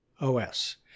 OS